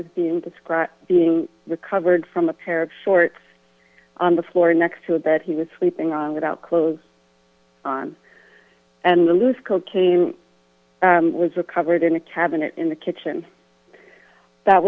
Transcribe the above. described being recovered from a pair of shorts on the floor next to a bed he was sleeping on without clothes on and the loose cocaine was recovered in a cabinet in the kitchen that